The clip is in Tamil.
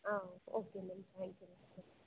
ah okay ma'am thank you ma'am